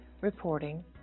reporting